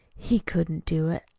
he couldn't do it.